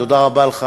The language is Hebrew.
תודה רבה לך,